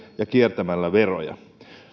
ja kiertämällä veroja